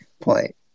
point